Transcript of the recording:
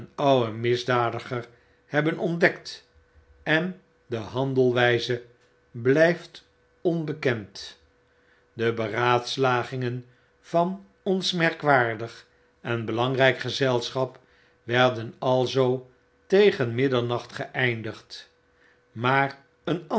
ouden misdadiger hebben ontdekt en de handelwyze blyft onbekend de beraadslagingen van ons merkwaardig en belangryk gezelschap werden alzoo tegenmiddernacht geeindigd maar een